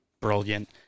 brilliant